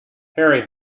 harry